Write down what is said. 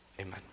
Amen